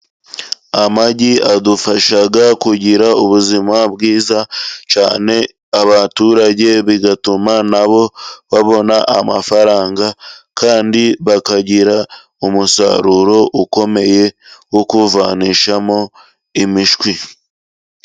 Amagi adufasha kugira ubuzima bwiza cyane abaturage bigatuma nabo babona amafaranga kandi bakagira umusaruro ukomeye wo kuvanishamo imishwi.